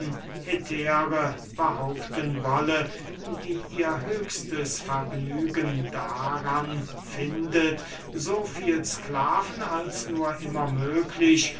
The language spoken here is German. hetäre behaupten wolle die ihr höchstes vergnügen daran findet so viel sklaven als nur immer möglich